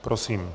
Prosím.